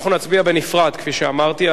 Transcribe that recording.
אנחנו נצביע בנפרד, כפי שאמרתי.